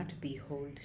behold